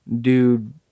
dude